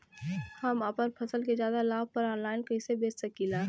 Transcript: हम अपना फसल के ज्यादा लाभ पर ऑनलाइन कइसे बेच सकीला?